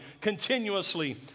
continuously